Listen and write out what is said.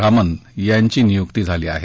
रामन यांची नियुक्ती झाली आहे